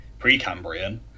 Precambrian